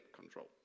control